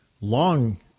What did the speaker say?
long